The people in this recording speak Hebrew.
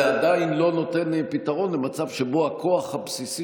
זה עדיין לא נותן פתרון למצב שבו הכוח הבסיסי